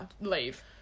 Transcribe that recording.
leave